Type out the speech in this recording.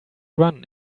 run